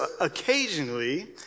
occasionally